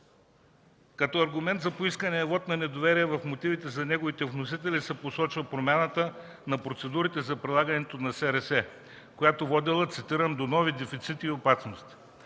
Като аргумент за поискания вот на недоверие в мотивите от неговите вносители се посочва промяната на процедурите за прилагането на СРС, която водела, цитирам, „до нови дефицити и опасности”.